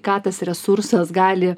ką tas resursas gali